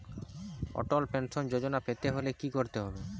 অটল pension যোজনা পেতে হলে কি করতে হবে?